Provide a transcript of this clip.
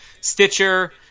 stitcher